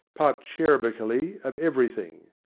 piped cherubically of everything.